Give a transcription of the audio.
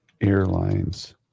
Airlines